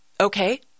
Okay